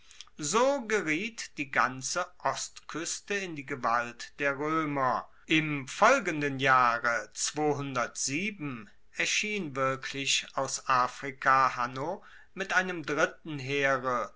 so geriet die ganze ostkueste in die gewalt der roemer im folgenden jahre erschien wirklich aus afrika hanno mit einem dritten heere